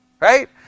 right